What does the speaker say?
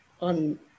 on